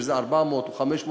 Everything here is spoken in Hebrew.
שזה 400 או 500 שקל,